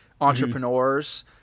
entrepreneurs